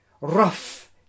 rough